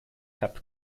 cup